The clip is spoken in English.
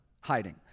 hiding